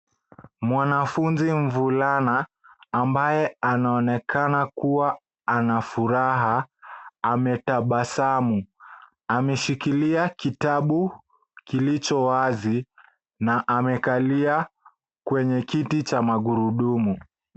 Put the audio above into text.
Mwanafunzi mvulana ambaye anaonekana kuwa ana furaha, ametabasamu. Ameshikilia kitabu kilicho wazi na amekalia kwenye kiti cha magurudumu.